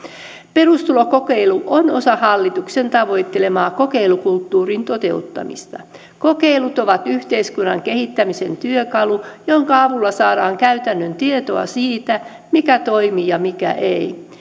perustulokokeilu on osa hallituksen tavoittelemaa kokeilukulttuurin toteuttamista kokeilut ovat yhteiskunnan kehittämisen työkalu jonka avulla saadaan käytännön tietoa siitä mikä toimii ja mikä ei